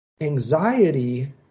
Anxiety